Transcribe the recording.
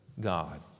God